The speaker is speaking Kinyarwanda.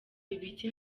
bibitse